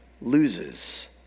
loses